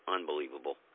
Unbelievable